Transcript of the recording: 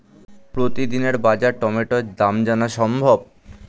প্রতিদিনের বাজার টমেটোর দাম জানা সম্ভব?